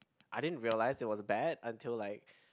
I didn't realise it was bad until like